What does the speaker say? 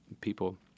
people